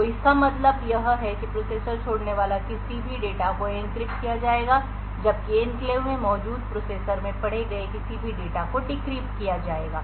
तो इसका मतलब यह है कि प्रोसेसर छोड़ने वाले किसी भी डेटा को एन्क्रिप्ट किया जाएगा जबकि एन्क्लेव में मौजूद प्रोसेसर में पढ़े गए किसी भी डेटा को डिक्रिप्ट किया जाएगा